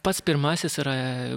pats pirmasis yra